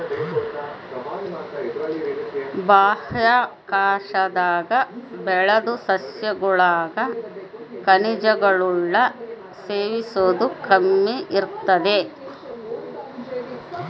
ಬಾಹ್ಯಾಕಾಶದಾಗ ಬೆಳುದ್ ಸಸ್ಯಗುಳಾಗ ಖನಿಜಗುಳ್ನ ಸೇವಿಸೋದು ಕಮ್ಮಿ ಇರ್ತತೆ